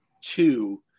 two